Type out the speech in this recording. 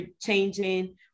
changing